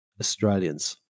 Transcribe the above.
Australians